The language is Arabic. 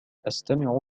أستمع